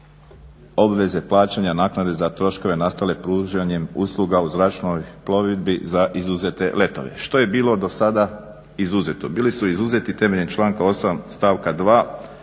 obveze plaćanja naknade za troškove nastale pružanjem usluga u zračnoj plovidbi za izuzete letove što je bilo dosada izuzeto. Bili su izuzeti temeljem članka 8. stavka 2.